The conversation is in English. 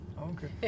okay